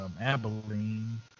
Abilene